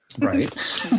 Right